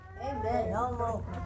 Amen